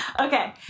Okay